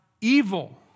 evil